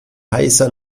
heißer